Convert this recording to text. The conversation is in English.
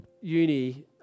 uni